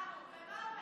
ומה אומר